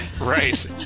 Right